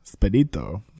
spedito